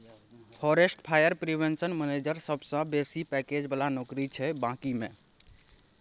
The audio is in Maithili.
फारेस्ट फायर प्रिवेंशन मेनैजर सबसँ बेसी पैकैज बला नौकरी छै बानिकी मे